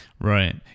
Right